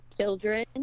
children